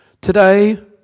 Today